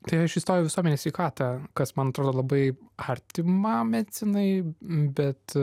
tai aš įstojau į visuomenės sveikatą kas man atrodo labai artima medicinai bet